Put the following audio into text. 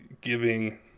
giving